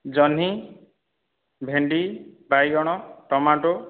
ଜହ୍ନି ଭେଣ୍ଡି ବାଇଗଣ ଟମାଟୋ